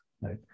right